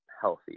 healthy